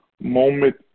moment